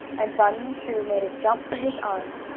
and bunny and sue made a jump for his arms.